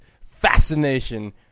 fascination